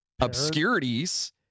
Obscurities